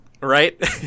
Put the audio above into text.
Right